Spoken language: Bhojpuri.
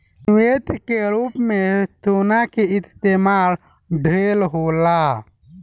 निवेश के रूप में सोना के इस्तमाल ढेरे होला